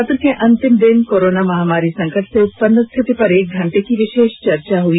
सत्र के अंतिम कोरोना महामारी संकट से उत्पन्न स्थिति पर एक घंटे की विषेष चर्चा हई